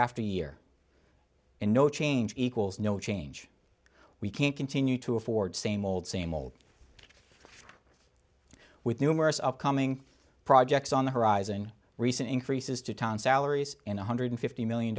after year and no change equals no change we can't continue to afford same old same old with numerous upcoming projects on the horizon recent increases to town salaries and one hundred and fifty million